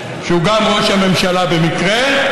שהוא גם ראש הממשלה במקרה,